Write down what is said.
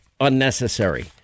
unnecessary